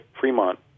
Fremont